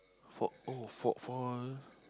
for oh for for